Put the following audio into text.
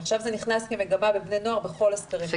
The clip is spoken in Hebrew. עכשיו זה נכנס כמגמה בבני נוער בכל הסקרים.